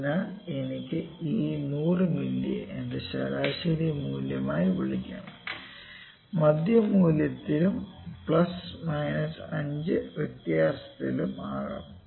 അതിനാൽ എനിക്ക് ഈ 100 മില്ലിയെ എന്റെ ശരാശരി മൂല്യമായി വിളിക്കാം മധ്യ മൂല്യത്തിലും പ്ലസ് മൈനസ് 5 വ്യത്യാസത്തിലും ആകാം